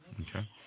okay